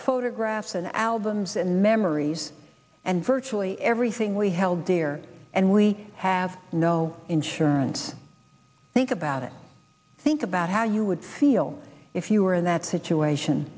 photographs and albums and memories and virtually everything we held dear and we have no insurance think about it think about how you would feel if you were in that situation